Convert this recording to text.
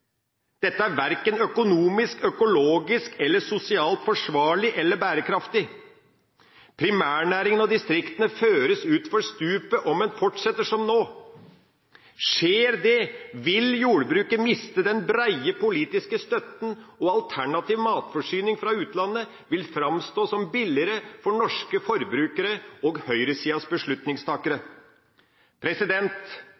Dette er verken økonomisk, økologisk eller sosialt forsvarlig eller bærekraftig. Primærnæringene og distriktene føres utfor stupet om en fortsetter som nå. Skjer det, vil jordbruket miste den breie politiske støtten, og alternativ matforsyning fra utlandet vil framstå som billigere for norske forbrukere og høyresidas